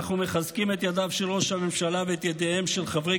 אנחנו מחזקים את ידיו של ראש הממשלה ואת ידיהם של חברי